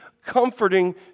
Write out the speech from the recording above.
comforting